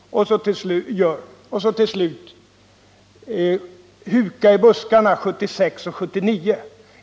Till sist: Här har talats om att vi när det gäller energifrågan skulle ha hukat i buskarna i samband med valrörelsen 1976 och att vi gör det också i valrörelsen 1979.